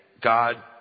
God